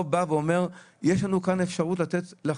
בא ואומר יש לנו כאן אפשרות לחסוך?